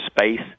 space